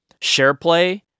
SharePlay